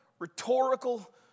Rhetorical